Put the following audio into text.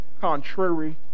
contrary